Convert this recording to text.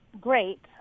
great